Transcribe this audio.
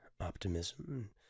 optimism